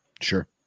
Sure